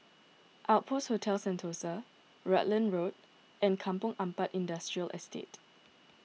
Outpost Hotel Sentosa Rutland Road and Kampong Ampat Industrial Estate